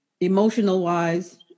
emotional-wise